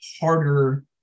harder